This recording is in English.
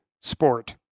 Sport